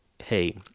hey